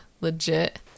legit